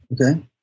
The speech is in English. okay